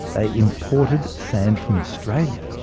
ah imported sand from australia.